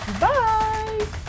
bye